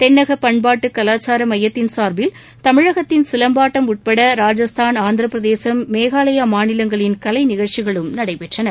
தென்னக பண்பாட்டு கலாச்சார மையத்தின் சார்பில் தமிழகத்தின் சிலம்பாட்டம் உட்பட ராஜஸ்தான் ஆந்திரப்பிரதேசம் மேகாலயா மாநிலங்களின் கலை நிகழ்ச்சிகளும் நடைபெற்றன